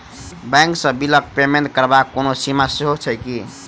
Bank सँ बिलक payment करबाक कोनो सीमा सेहो छैक की?